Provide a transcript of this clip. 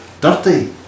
dirty